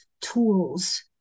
tools